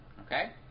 Okay